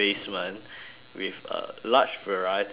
with a large varieties of food